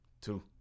Two